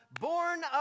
born